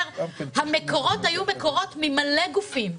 המקורות היו מקורות ממלא גופים.